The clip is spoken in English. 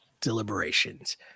deliberations